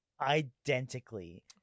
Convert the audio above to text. identically